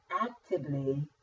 actively